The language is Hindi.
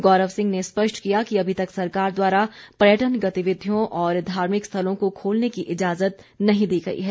गौरव सिंह ने स्पष्ट किया कि अभी तक सरकार द्वारा पर्यटन गतिविधियों और धार्मिक स्थलों को खोलने की ईजाजत नहीं दी गई है